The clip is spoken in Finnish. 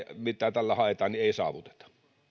mitä tällä haetaan ei saavuteta